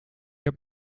heb